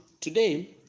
Today